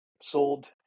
sold